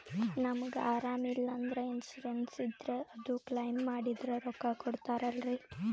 ನಮಗ ಅರಾಮ ಇಲ್ಲಂದ್ರ ಇನ್ಸೂರೆನ್ಸ್ ಇದ್ರ ಅದು ಕ್ಲೈಮ ಮಾಡಿದ್ರ ರೊಕ್ಕ ಕೊಡ್ತಾರಲ್ರಿ?